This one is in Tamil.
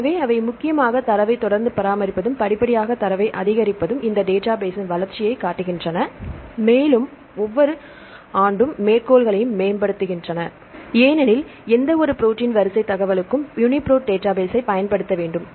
எனவே அவை முக்கியமாக தரவை தொடர்ந்து பராமரிப்பதும் படிப்படியாக தரவை அதிகரிப்பதும் இந்த டேட்டாபேஸ்ஸின் வளர்ச்சியைக் காட்டுகின்றன மேலும் ஒவ்வொரு ஆண்டும் மேற்கோள்களையும் மேம்படுத்துகின்றன ஏனெனில் எந்தவொரு ப்ரோடீன் வரிசை தகவலுக்கும் யூனிபிரோட் டேட்டாபேஸ்ஸை பயன்படுத்த வேண்டும்